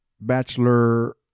bachelor